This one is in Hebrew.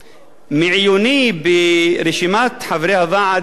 מעיוני ברשימת חברי הוועד הקיים,